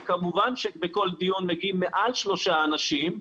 וכמובן שלכל דיון מגיעים מעל שלושה אנשים,